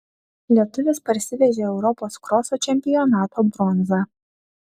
lietuvis parsivežė europos kroso čempionato bronzą